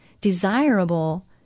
desirable